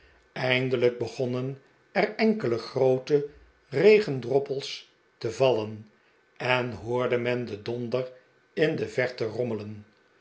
eindelijk begonnen er enkele groote regendruppels te vallen en hoorde men den donder in de verte rommelen